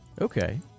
Okay